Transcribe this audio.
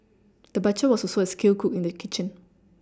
the butcher was also a skilled cook in the kitchen